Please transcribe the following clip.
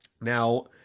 Now